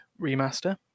remaster